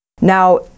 Now